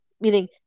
meaning